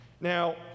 Now